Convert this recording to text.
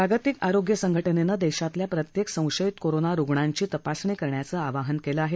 जागतिक आरोग्य संघटनेनं देशातल्या प्रत्येक संशयित कोरोना रुग्णांची तपासणी करण्याचं आवाहन केलं आहे